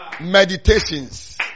meditations